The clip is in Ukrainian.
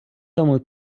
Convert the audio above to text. тому